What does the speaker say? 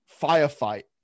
firefight